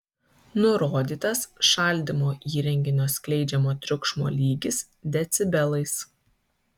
nurodytas šaldymo įrenginio skleidžiamo triukšmo lygis decibelais